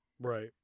right